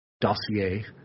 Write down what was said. dossier